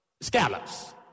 scallops